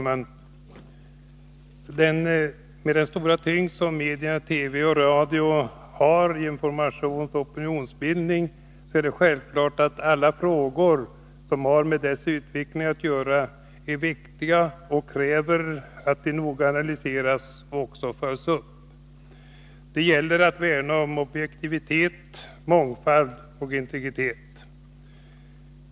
Fru talman! Med den stora tyngd som medierna TV och radio har i information och opinionsbildning är det självklart att alla frågor som har med deras utveckling att göra är viktiga och kräver att de noga analyseras och följs upp. Det gäller att värna om objektivitet, mångfald och integritet.